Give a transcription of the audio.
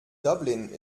dublin